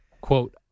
quote